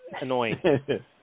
annoying